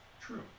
True